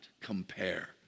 compare